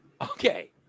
Okay